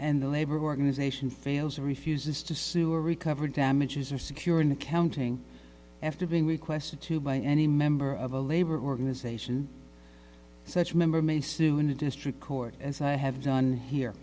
and the labor organization fails refuses to sue or recover damages or secure an accounting after being requested to by any member of a labor organization such member maysoon a district court as i have done here